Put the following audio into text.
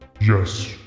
Yes